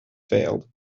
failed